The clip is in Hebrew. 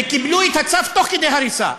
וקיבלו את הצו תוך כדי הריסה.